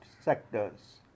sectors